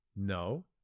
No